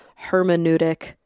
Hermeneutic